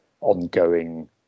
ongoing